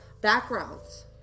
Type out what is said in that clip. backgrounds